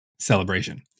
celebration